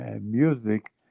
music